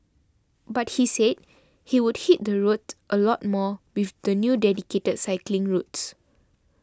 but he said he would hit the roads a lot more with the new dedicated cycling routes